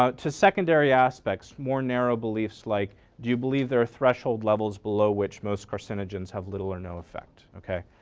ah to secondary aspects, more narrow beliefs like do you believe there are threshold levels below which most carcinogens have little or no effect? ok.